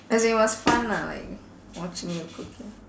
as in it was fun lah like watching you cooking